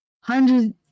hundreds